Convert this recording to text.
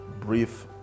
brief